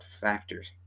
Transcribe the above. factors